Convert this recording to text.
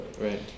right